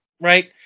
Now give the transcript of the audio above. right